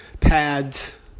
pads